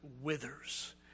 withers